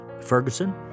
Ferguson